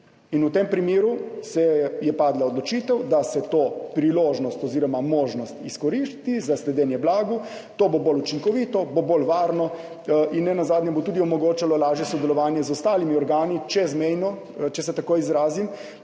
V tem primeru je padla odločitev, da se to priložnost oziroma možnost izkoristi za sledenje blagu. To bo bolj učinkovito, bo bolj varno in nenazadnje bo tudi omogočalo lažje sodelovanje z ostalimi organi, čezmejno, če se tako izrazim,